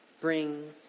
brings